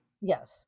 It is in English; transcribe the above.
Yes